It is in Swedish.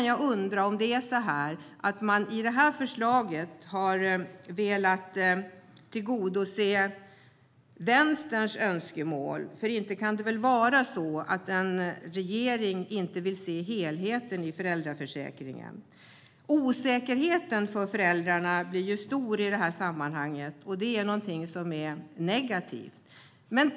Jag undrar om man med det här förslaget har velat tillgodose vänsterns önskemål. Inte kan det väl vara så att regeringen inte vill se helheten i föräldraförsäkringen? Osäkerheten för föräldrarna blir då stor, och det är negativt.